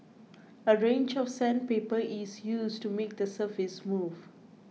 a range of sandpaper is used to make the surface smooth